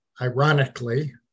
Ironically